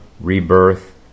rebirth